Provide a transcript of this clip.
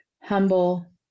humble